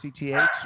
CTH